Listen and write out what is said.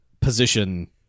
position